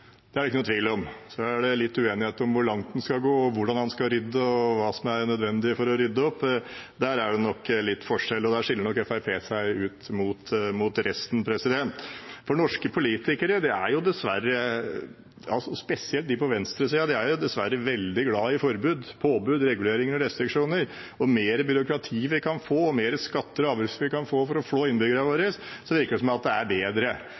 det er det ikke noen tvil om. Det er litt uenighet om hvor langt man skal gå, hvordan man skal rydde, og hva som er nødvendig for å rydde opp. Der er det nok litt forskjell, og der skiller nok Fremskrittspartiet seg ut fra resten, for norske politikere er dessverre – spesielt de på venstresiden – veldig glad i forbud, påbud, reguleringer og restriksjoner. Jo mer byråkrati vi kan få, og jo mer skatter og avgifter vi kan få for å flå innbyggerne våre, jo bedre er det, virker det som. Det er